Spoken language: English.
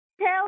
tell